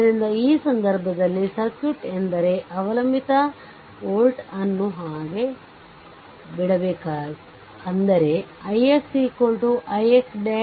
ಆದ್ದರಿಂದ ಈ ಸಂದರ್ಭದಲ್ಲಿ ಸರ್ಕ್ಯೂಟ್ ಎಂದರೆ ಅವಲಂಬಿತ ವೋಲ್ಟ್ ಅನ್ನು ಹಾಗೇ ಬಿಡಬೇಕು ಅಂದರೆ ix ix ' ix "